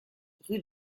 rue